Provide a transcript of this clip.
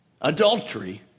adultery